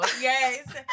yes